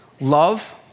love